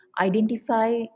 identify